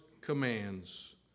commands